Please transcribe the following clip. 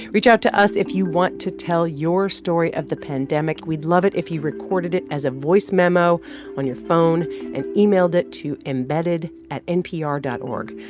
reach out to us if you want to tell your story of the pandemic. we'd love it if you recorded it as a voice memo on your phone and emailed it to embedded at npr dot o r